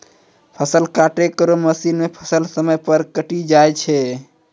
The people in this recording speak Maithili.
फसल काटै केरो मसीन सें फसल समय पर कटी जाय छै